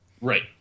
Right